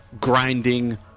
grinding